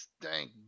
stank